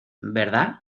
verdad